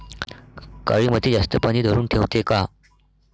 काळी माती जास्त पानी धरुन ठेवते का?